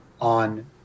on